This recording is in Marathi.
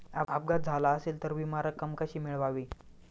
अपघात झाला असेल तर विमा रक्कम कशी मिळवावी?